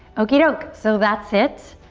okie doke, so that's it.